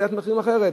עליית מחירים אחרת.